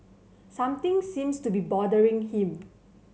something seems to be bothering him